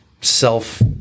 self